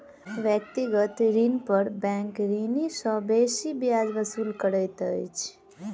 व्यक्तिगत ऋण पर बैंक ऋणी सॅ बेसी ब्याज वसूल करैत अछि